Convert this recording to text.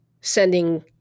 sending